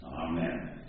Amen